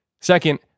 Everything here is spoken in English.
Second